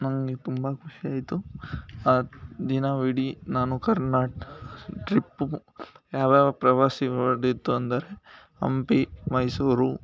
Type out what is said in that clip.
ನನಗೆ ತುಂಬ ಖುಷಿಯಾಯಿತು ಆ ದಿನವಿಡೀ ನಾನು ಕರ್ನಾಟಕ ಟ್ರಿಪ್ಪು ಯಾವ್ಯಾವ ಪ್ರವಾಸಿ ಹೊರ್ಟಿತ್ತು ಅಂದರೆ ಹಂಪಿ ಮೈಸೂರು